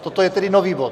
Toto je tedy nový bod?